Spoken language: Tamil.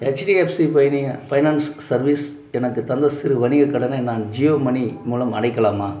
ஹெச்டிபி ஃபைனான் ஃபைனான்ஸ் சர்வீசஸ் எனக்குத் தந்த சிறு வணிகக் கடனை நான் ஜியோ மனி மூலம் அடைக்கலாமா